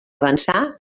avançar